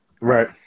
Right